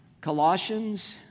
Colossians